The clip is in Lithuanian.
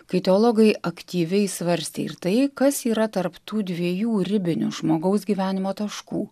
kai teologai aktyviai svarstė ir tai kas yra tarp tų dviejų ribinių žmogaus gyvenimo taškų